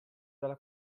dalla